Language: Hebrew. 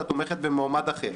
שאת תומכת במועמד אחר.